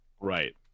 Right